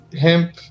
hemp